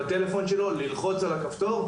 היום ללחוץ על כפתור בטלפון שלו,